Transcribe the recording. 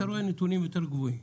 היית רואה נתונים יותר גבוהים.